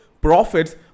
profits